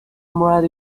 murad